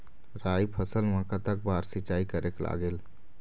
राई फसल मा कतक बार सिचाई करेक लागेल?